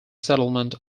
settlement